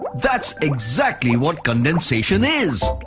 that's exactly what condensation is!